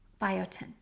biotin